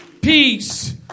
peace